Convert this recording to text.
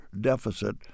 deficit